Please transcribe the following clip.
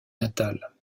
natale